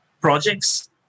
projects